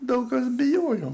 daug kas bijojo